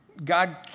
God